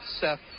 Seth